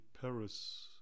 Paris